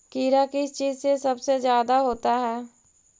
कीड़ा किस चीज से सबसे ज्यादा होता है?